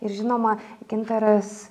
ir žinoma gintaras